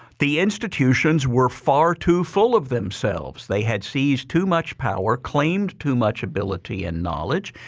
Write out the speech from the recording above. the institutions were far too full of themselves. they had seized too much power, claimed too much ability and knowledge.